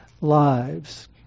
lives